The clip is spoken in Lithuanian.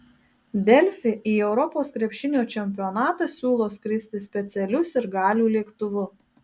delfi į europos krepšinio čempionatą siūlo skristi specialiu sirgalių lėktuvu